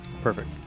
Perfect